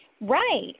Right